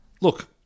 look